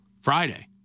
Friday